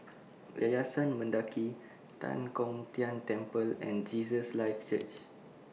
Yayasan Mendaki Tan Kong Tian Temple and Jesus Lives Church